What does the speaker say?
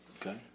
Okay